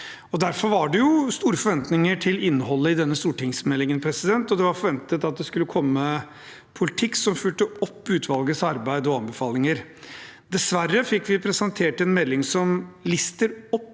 Derfor var det store forventninger til innholdet i denne stortingsmeldingen, og det var forventet at det skulle komme en politikk som fulgte opp utvalgets arbeid og anbefalinger. Dessverre fikk vi presentert en melding som lister opp